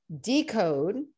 decode